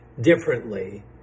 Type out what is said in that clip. differently